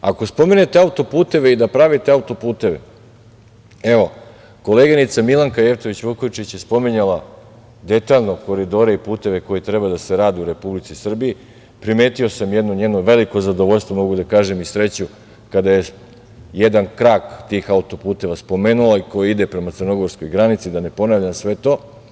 Ako spomenete auto-puteve i da pravite auto-puteve, evo, koleginica Milanka Jevtović Vukojičić je spominjala detaljno koridore i puteve koji treba da se rade u Republici Srbiji, primetio sam jedno njeno veliko zadovoljstvo, mogu da kažem, i sreću, kada jedan krak tih auto-puteva spomenula, koji ide prema Crnogorskoj granici, da ne ponavljam sve to.